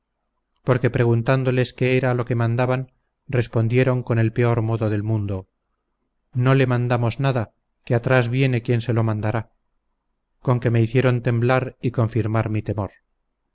porque preguntandoles qué era lo que mandaban respondieron con el peor modo del mundo no le mandamos nada que atrás viene quien se lo mandará con que me hicieron temblar y confirmar mi temor